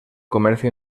comercio